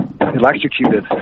electrocuted